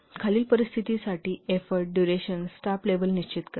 तर खालील परिस्थितीसाठी एफोर्ट डुरेशन स्टाफ लेवल निश्चित करा